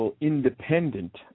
independent